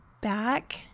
back